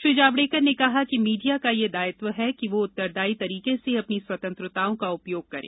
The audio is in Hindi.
श्री जावडेकर ने कहा कि मीडिया का यह दायित्व है कि वह उत्तरदायी तरीके से अपनी स्वतंत्रताओं का उपयोग करे